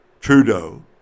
Trudeau